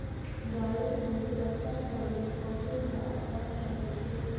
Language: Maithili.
गायक दूध बच्चा सब लेल पचइ मे आसान रहइ छै